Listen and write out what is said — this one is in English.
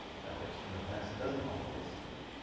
that works the best. it doesn't always work.